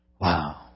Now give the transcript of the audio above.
Wow